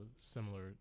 similar